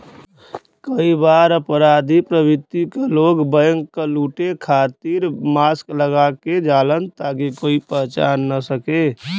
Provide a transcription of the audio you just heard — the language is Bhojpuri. कई बार अपराधी प्रवृत्ति क लोग बैंक क लुटे खातिर मास्क लगा क जालन ताकि कोई पहचान न सके